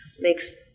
makes